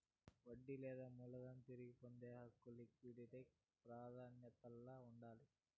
వడ్డీ లేదా మూలధనం తిరిగి పొందే హక్కు లిక్విడేట్ ప్రాదాన్యతల్ల ఉండాది